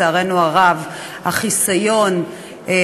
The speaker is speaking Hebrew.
חברת הכנסת אורלי לוי אבקסיס, יוזמת